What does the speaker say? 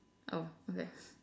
oh okay